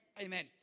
Amen